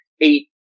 eight